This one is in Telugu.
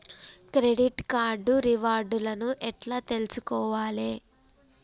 క్రెడిట్ కార్డు రివార్డ్ లను ఎట్ల తెలుసుకోవాలే?